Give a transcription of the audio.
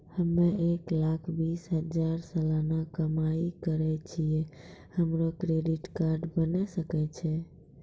हम्मय एक लाख बीस हजार सलाना कमाई करे छियै, हमरो क्रेडिट कार्ड बने सकय छै?